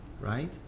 Right